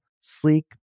sleek